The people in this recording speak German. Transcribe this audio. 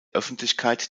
öffentlichkeit